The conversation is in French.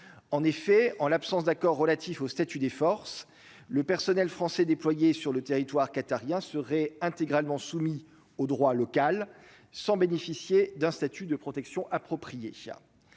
en effet, en l'absence d'accord relatif au statut des forces, le personnel français déployés sur le territoire qatariens seraient intégralement soumis au droit local sans bénéficier d'un statut de protection appropriée